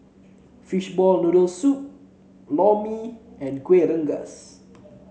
Fishball Noodle Soup Lor Mee and Kuih Rengas